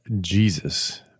Jesus